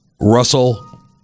Russell